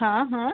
हाँ हाँ